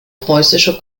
preußischer